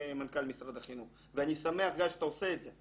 עם מנכ"ל משרד החינוך ואני שמח גם שאתה עושה את זה,